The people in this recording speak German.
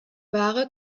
ware